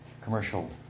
commercial